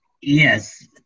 yes